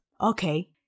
okay